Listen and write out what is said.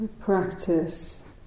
practice